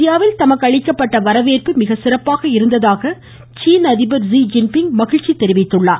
இந்தியாவில் தமக்கு அளிக்கப்பட்ட வரவேற்பு மிகச்சிறப்பாக இருந்ததாக சீன அதிபர் மகிழ்ச்சி தெரிவித்துள்ளார்